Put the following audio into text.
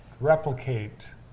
replicate